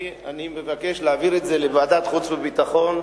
אני מבקש להעביר את זה לוועדת חוץ וביטחון,